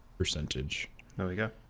percentage there we go